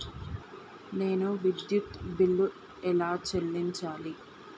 నేను విద్యుత్ బిల్లు ఎలా చెల్లించాలి?